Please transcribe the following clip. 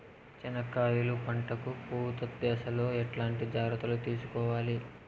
చెనక్కాయలు పంట కు పూత దశలో ఎట్లాంటి జాగ్రత్తలు తీసుకోవాలి?